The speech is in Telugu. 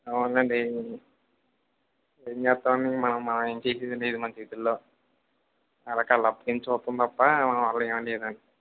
అవునండీ ఏం చేస్తాం అండి మనం మనం ఏం చేసేది లేదు మన చేతుల్లో అలా కళ్ళప్పగించి చూడటం తప్ప మన వల్ల అయ్యేది ఏం లేదండి